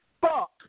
fuck